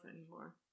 anymore